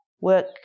work